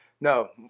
No